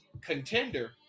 contender